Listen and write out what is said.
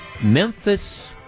Memphis